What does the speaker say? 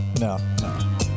No